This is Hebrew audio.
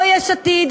לא יש עתיד,